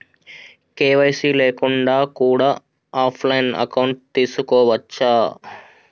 KYC లేకుండా కూడా offline account తీసుకోవచ్చా?